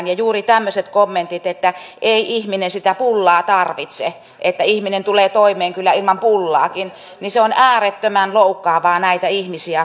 ja juuri tämmöiset kommentit että ei ihminen sitä pullaa tarvitse että ihminen tulee toimeen kyllä ilman pullaakin ovat äärettömän loukkaavia näitä ihmisiä kohtaan